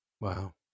Wow